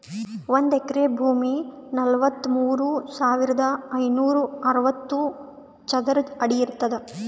ಒಂದ್ ಎಕರಿ ಭೂಮಿ ನಲವತ್ಮೂರು ಸಾವಿರದ ಐನೂರ ಅರವತ್ತು ಚದರ ಅಡಿ ಇರ್ತದ